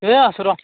এই আছোঁ ৰহ